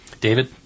David